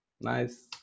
nice